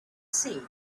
see